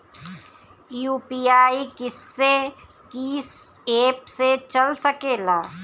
UPI किस्से कीस app से चल सकेला?